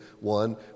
one